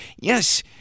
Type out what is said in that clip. yes